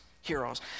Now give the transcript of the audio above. heroes